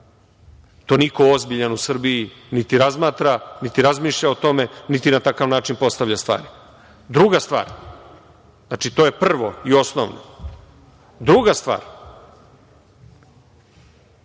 to niko ozbiljan u Srbiji niti razmatra niti razmišlja o tome, niti na takav način postavlja stvari. To je prvo i osnovno. Druga stvar